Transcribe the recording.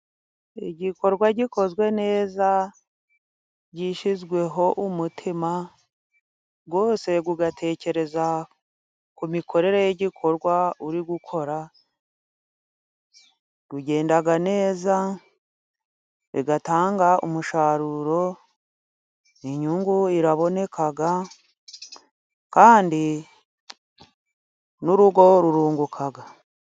Igikorwa gikozwe neza gishyizweho umutima wose, ugatekereza ku mikorere y'igikorwa uri gukora kigenda neza, kigatanga umusaruro. Inyungu iraboneka kandi n'urugo rurunguka.